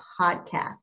podcast